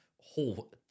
whole